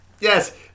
Yes